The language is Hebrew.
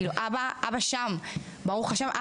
אבא שם, ברוך השם.